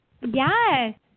Yes